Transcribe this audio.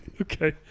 Okay